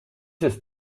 ist